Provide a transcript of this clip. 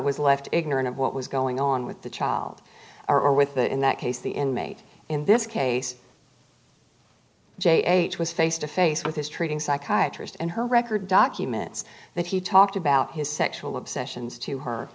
was left ignorant of what was going on with the child or with that in that case the inmate in this case j h was face to face with his treating psychiatrist and her record documents that he talked about his sexual obsessions to her